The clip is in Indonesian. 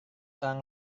orang